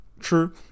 true